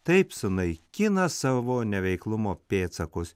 taip sunaikina savo neveiklumo pėdsakus